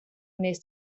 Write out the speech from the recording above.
nes